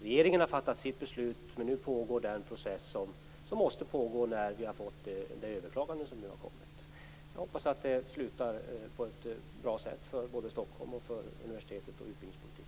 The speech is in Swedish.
Regeringen har fattat sitt beslut, men nu pågår den process som måste pågå när vi har fått det överklagande som har kommit. Jag hoppas att det slutar på ett bra sätt för Stockholm, för universitetet och för utbildningspolitiken.